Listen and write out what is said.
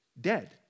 dead